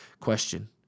question